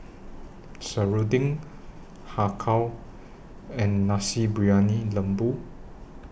Serunding Har Kow and Nasi Briyani Lembu